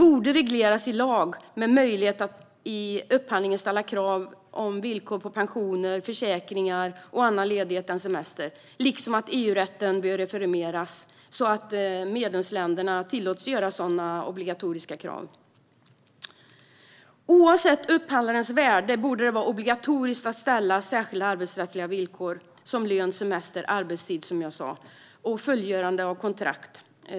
Möjligheten att i upphandling ställa krav på villkor om pensioner, försäkringar och annan ledighet än semester borde regleras i lag, liksom att EU-rätten bör reformeras så att medlemsländer tillåts göra sådana krav obligatoriska. Oavsett upphandlingens värde borde det, som jag sa, vara obligatoriskt att ställa särskilda arbetsrättsliga villkor om lön, semester och arbetstid för fullgörandet av kontrakt.